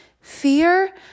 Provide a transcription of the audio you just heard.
fear